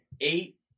Eight